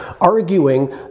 arguing